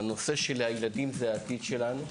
הנושא של הילדים זה העתיד שלנו.